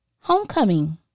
homecoming